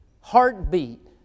heartbeat